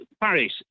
Paris